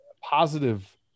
positive